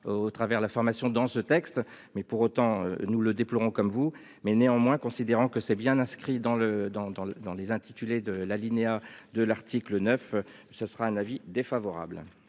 au travers la formation dans ce texte, mais pour autant nous le déplorons comme vous mais néanmoins considérant que c'est bien inscrit dans le, dans dans le dans les intitulés de l'alinéa de l'article 9 ce sera un avis défavorable.